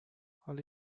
حالا